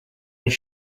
his